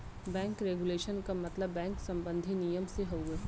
bank regulation क मतलब bank सम्बन्धी नियम से हउवे